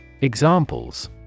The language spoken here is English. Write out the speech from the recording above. Examples